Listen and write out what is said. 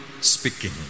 speaking